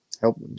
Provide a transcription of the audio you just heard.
help